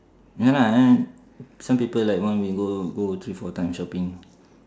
ya lah and some people like one week go go three four time shopping